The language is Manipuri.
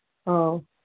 ꯑꯧ